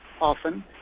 often